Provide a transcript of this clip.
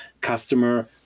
customer